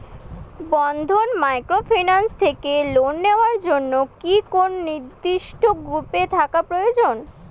বন্ধন microfinance থেকে loan নেওয়ার জন্য কি কোন নির্দিষ্ট গ্রুপে থাকা প্রয়োজন?